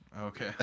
Okay